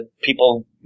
people